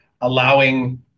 allowing